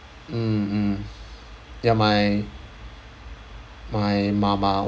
mm mm ya my my mama